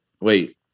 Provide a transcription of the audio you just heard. Wait